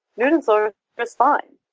newton's law works fine.